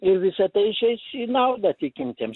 ir visa tai išeis į naudą tikintiems